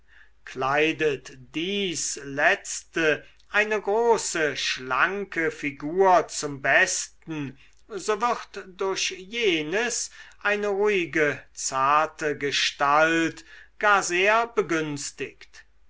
kleidet dies letzte eine große schlanke figur zum besten so wird durch jenes eine ruhige zarte gestalt gar sehr begünstigt